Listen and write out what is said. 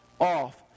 off